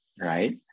right